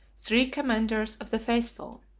three commanders of the faithful.